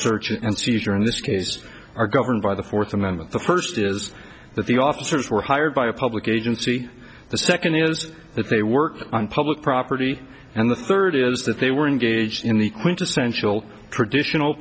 search and seizure in this case are governed by the fourth amendment the first is that the officers were hired by a public agency the second is if they work on public property and the third is that they were engaged in the quintessential traditional